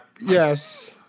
Yes